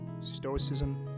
stoicism